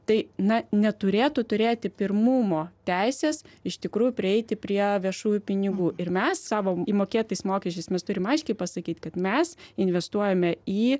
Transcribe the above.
tai na neturėtų turėti pirmumo teisės iš tikrųjų prieiti prie viešųjų pinigų ir mes savo įmokėtais mokesčiais mes turim aiškiai pasakyt kad mes investuojame į